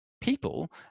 people